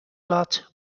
lot